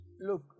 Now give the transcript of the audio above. Look